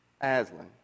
Aslan